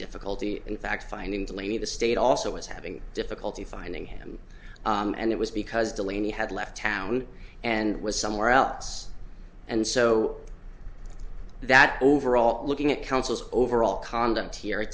difficulty in fact finding the lady the state also is having difficulty finding him and it was because delaney had left town and was somewhere else and so that overall looking at council's overall conduct here it